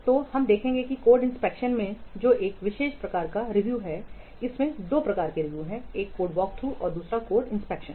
तो हम देखेंगे कि कोड इंस्पेक्शन में जो एक विशेष प्रकार का रिव्यू है इसमें दो प्रकार के रिव्यू है एक कोड वॉकथ्रू है दूसरा कोड इंस्पेक्शन